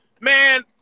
man